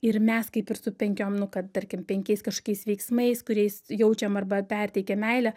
ir mes kaip ir su penkiom nu kad tarkim penkiais kažkokiais veiksmais kuriais jaučiam arba perteikiam meilę